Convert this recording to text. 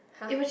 !huh!